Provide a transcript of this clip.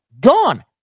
gone